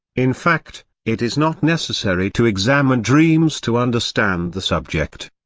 in fact, it is not necessary to examine dreams to understand the subject.